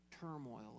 turmoil